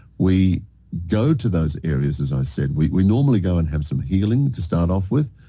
we go to those areas, as i said we normally go and have some healing to start off with,